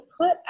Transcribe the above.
put